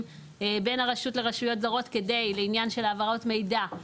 בין הרשות לרשויות זרות לעניין של העברת מידע.